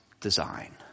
design